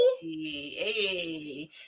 hey